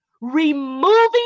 removing